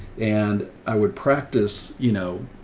and i would practice, you know,